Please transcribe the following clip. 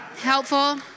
Helpful